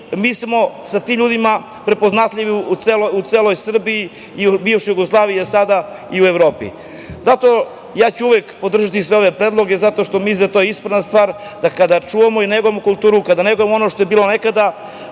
Mi smo sa tim ljudima prepoznatljivi u celoj Srbiji, bivšoj Jugoslaviji, a sada i u Evropi. Zato ću uvek podržati sve ove predloge, zato što mislim da je to ispravna stvar, da kada čuvamo i negujemo kulturu, kada negujemo ono što je bilo nekada,